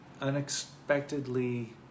unexpectedly